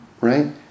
right